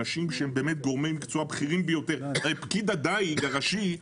אנשים שהם גורמי מקצוע בכירים ביותר פקיד הדיג הראשי,